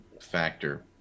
factor